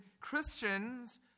Christians